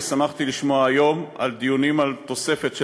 ושמחתי לשמוע היום על דיונים על תוספת של